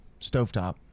stovetop